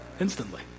instantly